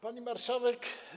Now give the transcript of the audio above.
Pani Marszałek!